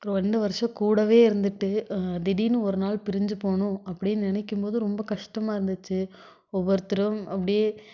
ரெண்டு வருஷம் கூடவே இருந்துகிட்டு திடீரெனு ஒரு நாள் பிரிஞ்சு போகணும் அப்படின்னு நினைக்கும்போது ரொம்ப கஷ்டமாக இருந்துச்சு ஒவ்வொருத்தரும் அப்படியே